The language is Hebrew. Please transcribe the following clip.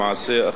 למעשה,